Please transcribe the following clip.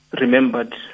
remembered